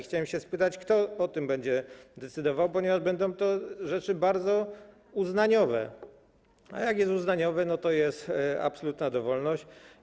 Chciałem spytać, kto o tym będzie decydował, ponieważ będą to rzeczy bardzo uznaniowe, a jak są uznaniowe, to jest absolutna dowolność.